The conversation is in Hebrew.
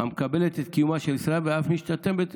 המקבלת את קיומה של ישראל ואף משתתפת